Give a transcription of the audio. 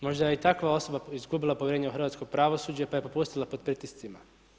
Možda je i takva osoba izgubila povjerenje u hrvatsko pravosuđe pa je popustila pod pritiscima.